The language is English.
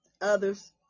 others